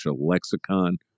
lexicon